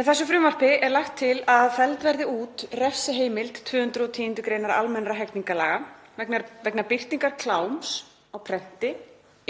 Með þessu frumvarpi er lagt til að felld verði út refsiheimild 210. gr. almennra hegningarlaga vegna birtingar kláms á prenti,